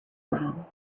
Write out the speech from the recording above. wrong